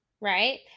right